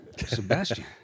Sebastian